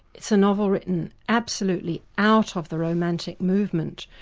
it's a novel written absolutely out of the romantic movement,